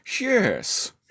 Yes